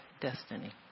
destiny